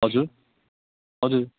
हजुर हजुर